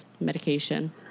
medication